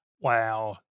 Wow